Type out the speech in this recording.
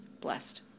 blessed